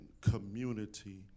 community